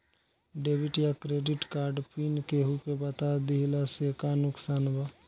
Debit या credit card pin केहूके बता दिहला से का नुकसान ह?